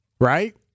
right